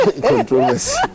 ...controllers